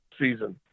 season